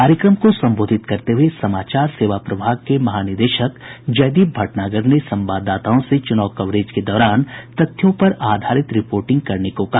कार्यक्रम को संबोधित करते हुए समाचार सेवा प्रभाग के महानिदेशक जयदीप भटनागर ने संवाददाताओं से चुनाव कवरेज के दौरान तथ्यों पर आधारित रिपोर्टिंग करने को कहा